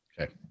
Okay